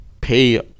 pay